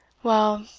well,